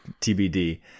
TBD